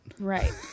Right